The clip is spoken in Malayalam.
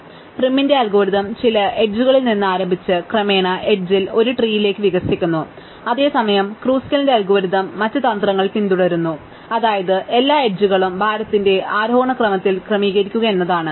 അതിനാൽ പ്രൈമിന്റെ അൽഗോരിതം ചില എഡ്ജുകളിൽ നിന്ന് ആരംഭിച്ച് ക്രമേണ എഡ്ജിൽ ഒരു മരത്തിലേക്ക് വികസിക്കുന്നു അതേസമയം ക്രൂസ്കലിന്റെ അൽഗോരിതം മറ്റ് തന്ത്രങ്ങൾ പിന്തുടരുന്നു അതായത് എല്ലാ എഡ്ജുകളും ഭാരത്തിന്റെ ആരോഹണ ക്രമത്തിൽ ക്രമീകരിക്കുക എന്നതാണ്